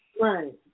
Right